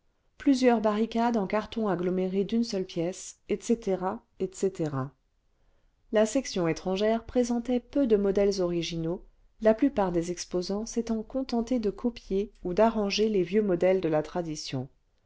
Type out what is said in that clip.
plusieurs barricades en carton aggloméré d'une seule pièce etc etc la section étrangère présentait peu de modèles originaux la plupart des exposants s'étant contentés de copier ou d'arranger les vieux modèles de la tradition